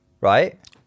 right